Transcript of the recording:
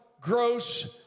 gross